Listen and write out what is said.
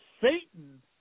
Satan